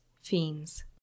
Fiends